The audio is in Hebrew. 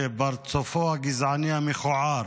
את רוצה ועדה מטעם.